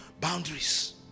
boundaries